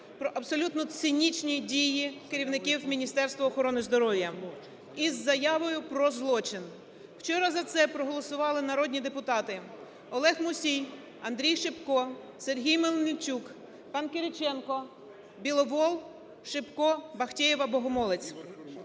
про абсолютно цинічні дії керівників Міністерства охорони здоров'я, із заявою про злочин. Вчора за це проголосували народні депутати: Олег Мусій, Андрій Шипко, Сергій Мельничук, пан Кириченко, Біловол, Шипко, Бахтеєва, Богомолець